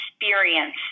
experience